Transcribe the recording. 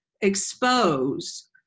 expose